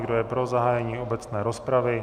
Kdo je pro zahájení obecné rozpravy?